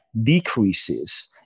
decreases